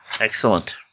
Excellent